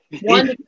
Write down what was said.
one